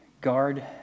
Guard